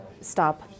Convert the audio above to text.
stop